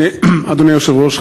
אדוני היושב-ראש,